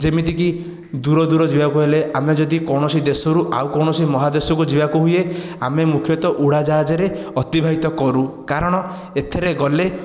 ଯେମିତିକି ଦୂର ଦୂର ଯିବାକୁ ହେଲେ ଆମେ ଯଦି କୌଣସି ଦେଶରୁ ଆଉ କୌଣସି ମହାଦେଶକୁ ଯିବାକୁ ହୁଏ ଆମେ ମୁଖ୍ୟତଃ ଉଡ଼ାଜାହାଜରେ ଅତିବାହିତ କରୁ କାରଣ ଏଥିରେ ଗଲେ